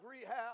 rehab